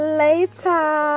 later